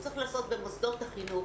הוא צריך להיעשות במוסדות החינוך.